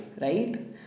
right